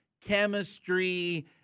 chemistry